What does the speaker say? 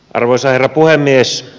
arvoisa herra puhemies